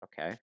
okay